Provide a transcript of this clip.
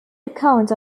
account